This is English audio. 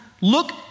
look